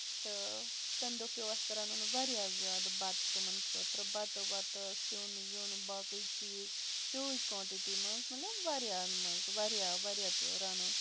تہٕ تَمہِ دۄہ پیوو اَسہِ رَنُن واریاہ زیادٕ بَتہٕ تِمَن خٲطرٕ بَتہٕ وَتہٕ سیُن ویُن باقٕے چیٖز ہیوٗج کونٹِٹی منٛز مطلب واریاہن منٛز واریاہ واریاہ پیوٚو رَنُن